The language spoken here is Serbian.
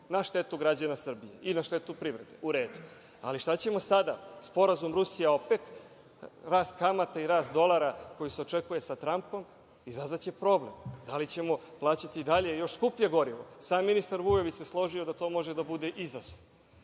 na štetu građana Srbije i na štetu privrede. U redu, ali šta ćemo sada? Sporazum Rusija OPEK, rast kamata i rast dolara koji se očekuje sa Trampom i sazvaće problem. Da li ćemo plaćati i dalje još skuplje gorivo? Sam ministar Vujović da to može da bude izazov.